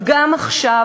אבל גם עכשיו,